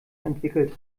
entwickelt